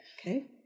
okay